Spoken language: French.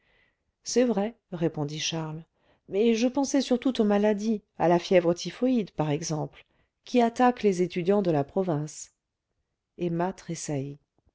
c'est vrai répondit charles mais je pensais surtout aux maladies à la fièvre typhoïde par exemple qui attaque les étudiants de la province emma